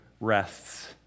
rests